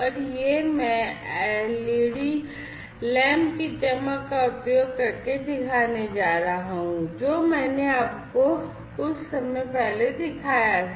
और यह मैं एलईडी लैंप की चमक का उपयोग करके दिखाने जा रहा हूं जो मैंने आपको कुछ समय पहले दिखाया था